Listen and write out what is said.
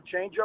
changeup